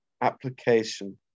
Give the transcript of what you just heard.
application